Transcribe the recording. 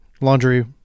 laundry-